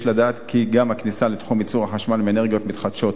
יש לדעת כי גם הכניסה לתחום ייצור החשמל מאנרגיות מתחדשות,